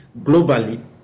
Globally